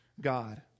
God